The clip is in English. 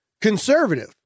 conservative